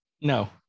No